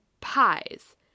pies